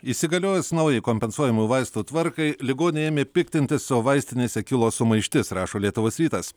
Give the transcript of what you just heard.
įsigaliojus naujai kompensuojamų vaistų tvarkai ligoniai ėmė piktintis o vaistinėse kilo sumaištis rašo lietuvos rytas